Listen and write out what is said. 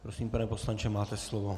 Prosím, pane poslanče, máte slovo.